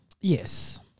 Yes